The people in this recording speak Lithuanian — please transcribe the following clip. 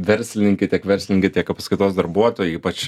verslininkai tiek verslininkai tiek apskaitos darbuotojai ypač